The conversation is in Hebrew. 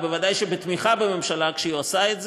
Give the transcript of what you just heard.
ובוודאי בתמיכה בממשלה כשהיא עושה את זה,